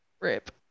RIP